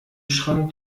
schrank